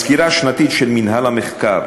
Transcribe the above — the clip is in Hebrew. בסקירה השנתית של מינהל המחקר,